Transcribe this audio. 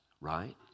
right